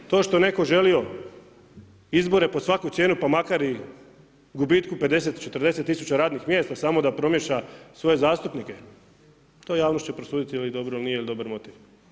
To što što je netko želio izbore pod svaku cijenu pa makar i gubitku 50, 40 tisuća radnih mjesta samo da promiješa svoje zastupnike, to javnost će prosuditi je li dobar ili nije dobar motiv.